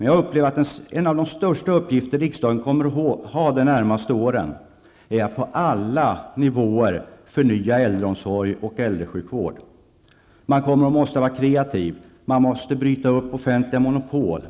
Jag upplever att en av de största uppgifter som riksdagen kommer att få de närmaste åren är att på alla nivåer förnya äldreomsorg och äldresjukvård. Man måste vara kreativ och bryta upp offentliga monopol.